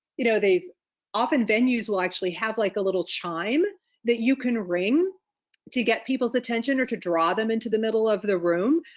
you know they've often venues will actually have like a little chime that you can ring to get people's attention or to draw them into the middle of the room.